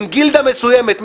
עם גילדה מסוימת,